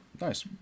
Nice